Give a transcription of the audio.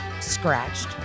scratched